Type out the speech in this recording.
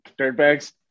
dirtbags